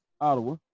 Ottawa